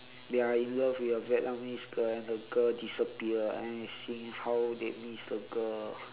they are in love with a vietnamese girl and the girl disappear then they sing how they miss the girl